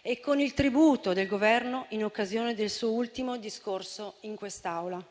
e con il tributo del Governo in occasione del suo ultimo discorso in quest'Aula.